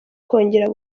kongera